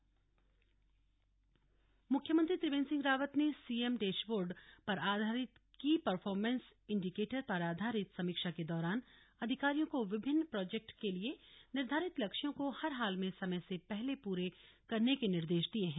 समीक्षा बैठक मुख्यमंत्री त्रिवेंद्र सिंह रावत ने सीएम डेशबोर्ड पर आधारित की परर्फोमेंस इंडिकेटर पर आधारित समीक्षा के दौरान अधिकारियों को विभिन्न प्रोजेक्ट के लिए निर्धारित लक्ष्यों को हर हाल में समय से पहले पूरे करने के निर्देश दिये हैं